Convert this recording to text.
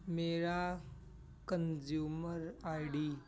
ਮੇਰਾ consumer I D